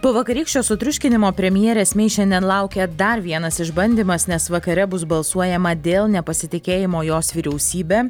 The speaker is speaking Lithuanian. po vakarykščio sutriuškinimo premjerės mei šiandien laukia dar vienas išbandymas nes vakare bus balsuojama dėl nepasitikėjimo jos vyriausybe